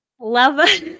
love